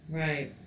right